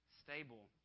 stable